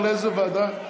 לאיזו ועדה?